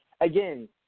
Again